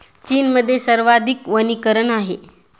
चीनमध्ये सर्वाधिक वनीकरण आहे